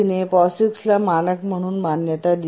ने POSIXला मानक म्हणून मान्यता दिली